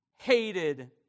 hated